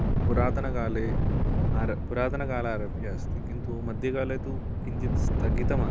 पुरातनकाले आर पुरातनकालादारभ्य अस्ति किन्तु मध्यकाले तु किञ्चित् स्थगितमासीत्